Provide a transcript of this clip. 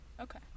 Okay